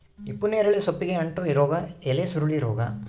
ಹಿಪ್ಪುನೇರಳೆ ಸೊಪ್ಪಿಗೆ ಅಂಟೋ ರೋಗ ಎಲೆಸುರುಳಿ ರೋಗ